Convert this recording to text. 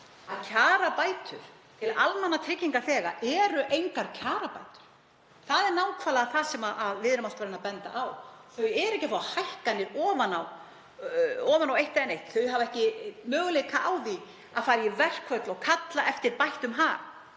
að kjarabætur til almannatryggingaþega eru engar kjarabætur. Það er nákvæmlega það sem við erum alltaf að benda á. Þau fá ekki hækkanir ofan á eitt eða neitt. Þau hafa ekki möguleika á því að fara í verkfall og kalla eftir bættum hag.